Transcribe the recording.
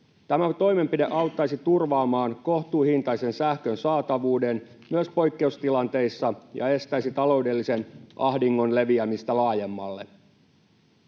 Tämä toimenpide auttaisi turvaamaan kohtuuhintaisen sähkön saatavuuden myös poikkeustilanteissa ja estäisi taloudellisen ahdingon leviämistä laajemmalle.